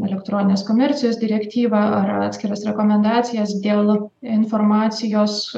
elektroninės komercijos direktyvą ar ar atskiras rekomendacijas dėl informacijos